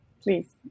please